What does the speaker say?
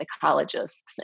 psychologists